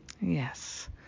Yes